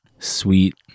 sweet